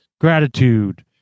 gratitude